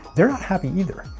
they're not happy either.